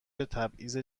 تبعیض